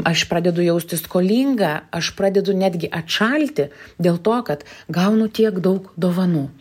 aš pradedu jaustis skolinga aš pradedu netgi atšalti dėl to kad gaunu tiek daug dovanų